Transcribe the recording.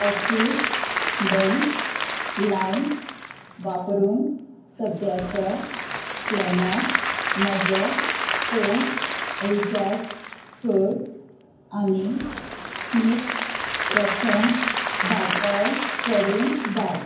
Axis bank लायम वापरून सद्याच्या प्लॅनांत म्हजो फोन रिचार्ज कर आनी तीच रक्कम भाटकार कडेन धाड